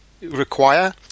require